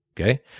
okay